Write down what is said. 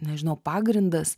nežinau pagrindas